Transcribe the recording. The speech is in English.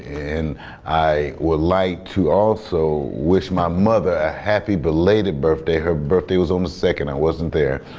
and i would like to also wish my mother a happy belated birthday. her birthday was on the second, i wasn't there.